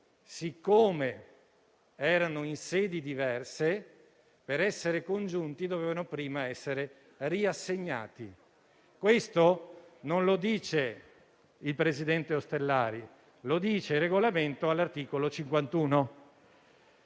siccome erano in sedi diverse, per essere congiunti dovevano prima essere riassegnati. Questo non lo dice il presidente Ostellari, ma lo dice il Regolamento del Senato, all'articolo 51.